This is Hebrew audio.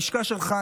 ללשכה שלך,